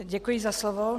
Děkuji za slovo.